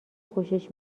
خوشش